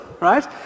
right